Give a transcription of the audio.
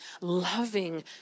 loving